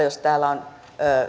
jos täällä on